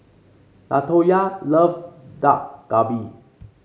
Latoya loves Dak Galbi